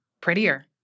prettier